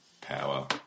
power